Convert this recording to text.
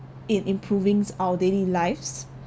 in improving our daily lives